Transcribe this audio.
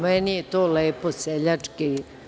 Meni je to lepo, seljački.